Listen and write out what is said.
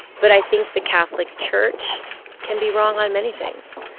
but i think the catholic church can be wrong on many things,